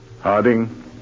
Harding